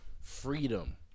freedom